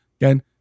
Again